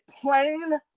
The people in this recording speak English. plain